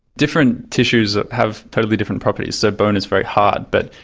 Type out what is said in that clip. different tissues have totally different properties so bone is very hard but,